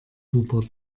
hubert